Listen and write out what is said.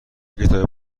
کتابی